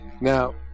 Now